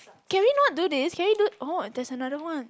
can we not do this can we do oh there's another one